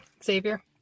savior